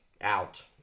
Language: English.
out